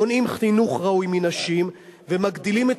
מונעים חינוך ראוי מנשים ומגדילים את